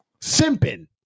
Simping